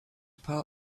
part